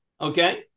Okay